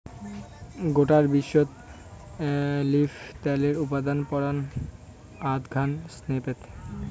গোটায় বিশ্বত অলিভ ত্যালের উৎপাদন পরায় আধঘান স্পেনত